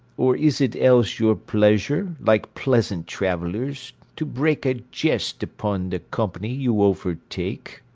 or is it else your pleasure, like pleasant travellers, to break a jest upon the company you overtake?